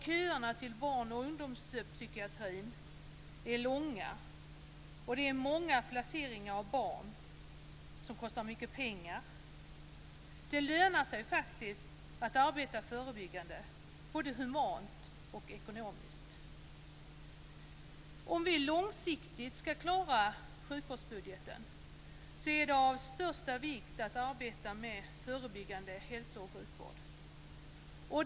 Köerna till barn och ungdomspsykiatrin är långa. Det är många barn som placeras ut, och det kostar mycket pengar. Det lönar sig att arbeta förebyggande, både humanitärt och ekonomiskt. Om vi långsiktigt skall klara sjukvårdsbudgeten är det av största vikt att arbeta med förebyggande hälsooch sjukvård.